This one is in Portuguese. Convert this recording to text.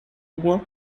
alguma